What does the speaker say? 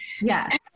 Yes